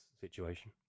situation